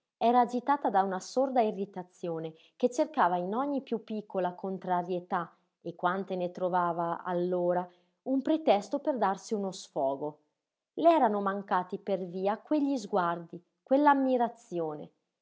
era agitata da una sorda irritazione che cercava in ogni piú piccola contrarietà e quante ne trovava allora un pretesto per darsi uno sfogo le erano mancati per via quegli sguardi quell'ammirazione